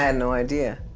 and no idea.